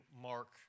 Mark